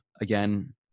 again